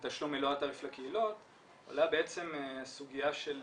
לתשלום מלוא התעריף לקהילות עולה בעצם הסוגיה של